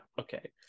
Okay